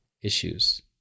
issues